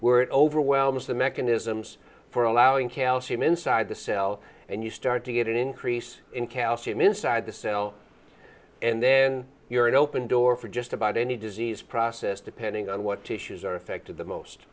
where it overwhelms the mechanisms for allowing calcium inside the cell and you start to get an increase in calcium inside the cell and then you're an open door for just about any disease process depending on what tissues are affected the most